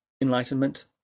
enlightenment